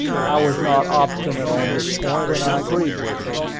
i was not obstinate on this point, and i agreed with him.